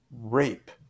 rape